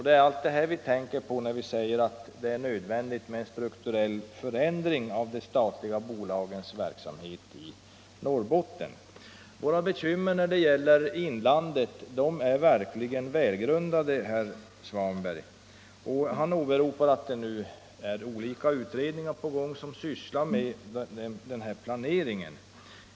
Det är allt detta vi tänker på när vi säger att det är nödvändigt med en strukturell förändring av de statliga företagens verksamhet i Norrbotten. Våra bekymmer när det gäiler inlandet är verkligen välgrundade. Herr Svanberg åberopade att det nu är olika utredningar på gång som sysslar med den här planeringen.